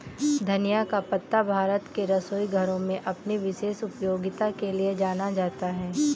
धनिया का पत्ता भारत के रसोई घरों में अपनी विशेष उपयोगिता के लिए जाना जाता है